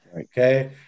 okay